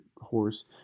horse